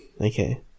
Okay